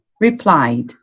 replied